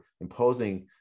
imposing